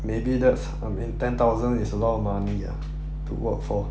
maybe that's I mean ten thousand is a lot of money ah to work for